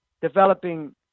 developing